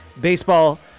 baseball